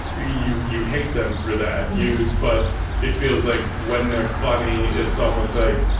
you you hate them for that new. but it feels like when they're funny, it's almost like,